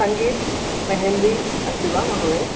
सङ्गीतम् मेहेन्दी अस्ति वा महोदय